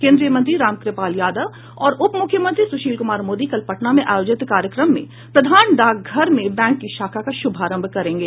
केंद्रीय मंत्री रामकृपाल यादव और उप मुख्यमंत्री सुशील कुमार मोदी कल पटना में आयोजित कार्यक्रम में प्रधान डाकघर में बैंक की शाखा का शुभारंभ करेंगे